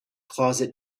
closet